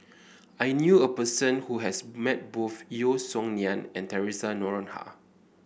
I knew a person who has met both Yeo Song Nian and Theresa Noronha